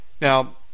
now